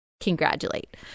congratulate